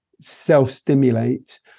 self-stimulate